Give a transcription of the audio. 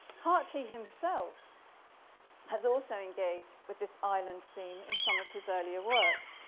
hartley himself has also engaged with this island theme in some of his earlier works,